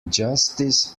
justice